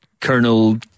Colonel